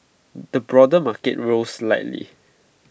the broader market rose slightly